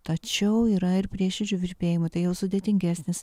tačiau yra ir prieširdžių virpėjimų tai jau sudėtingesnis